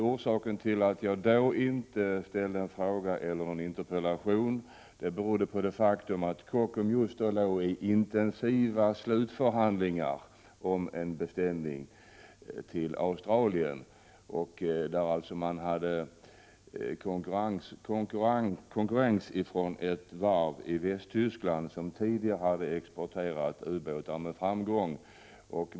Orsaken till att jag då inte ställde en fråga eller en interpellation var att Kockums låg i intensiva slutförhandlingar om en beställning från Australien. Kockums konkurrerade om beställningen med ett varv i Västtyskland som tidigare har exporterat ubåtar med framgång.